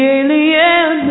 alien